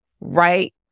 right